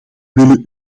willen